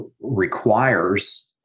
requires